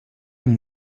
amb